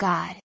God